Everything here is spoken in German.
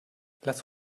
lass